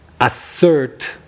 assert